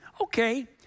okay